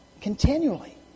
continually